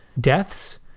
deaths